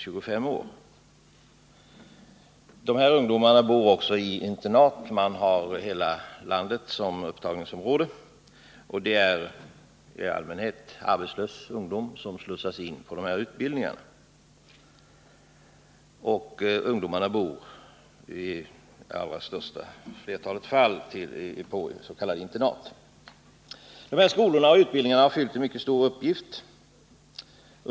De flesta av ungdomarna bor på s.k. internat. Hela landet är upptagningsområde, och i allmänhet är det arbetslös ungdom som slussas in på dessa utbildningar. Skolorna har under de år som gått fyllt en mycket stor uppgift.